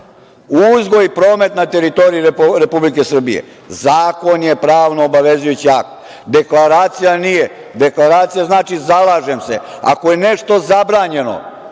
uzgoj i promet na teritoriji Republike Srbije. Zakon je pravno obavezujući akt, deklaracija nije. Deklaracija znači - zalažem se. Ako je nešto zabranjeno,